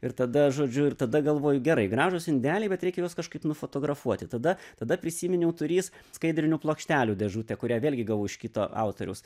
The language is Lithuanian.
ir tada žodžiu ir tada galvoju gerai gražūs indeliai bet reikia juos kažkaip nufotografuoti tada tada prisiminiau turįs skaidrių plokštelių dėžutę kurią vėlgi gavau iš kito autoriaus